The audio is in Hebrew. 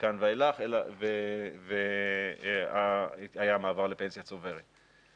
מכאן ואילך והיה מעבר לפנסיה צוברת.